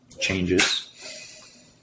changes